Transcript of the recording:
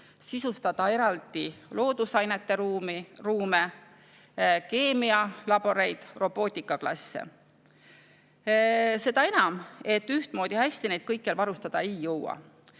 sisustada eraldi loodusainete ruume, keemialaboreid, robootikaklasse. Seda enam, et ühtmoodi hästi neid kõikjal varustada ei jõua.